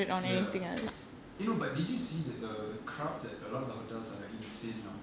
ya eh no but didn't you see that the the crowds at a lot of the hotels are like insane now